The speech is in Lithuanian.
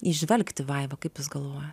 įžvelgti vaiva kaip jūs galvoja